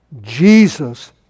Jesus